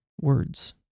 words